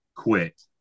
quit